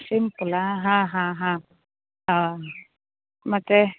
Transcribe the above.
ಸಿಂಪಲ್ಲ ಹಾಂ ಹಾಂ ಹಾಂ ಹಾಂ ಮತ್ತು